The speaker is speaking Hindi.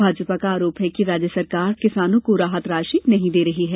भाजपा का आरोप है कि राज्य सरकार किसानों को राहत राशि नहीं दे रही है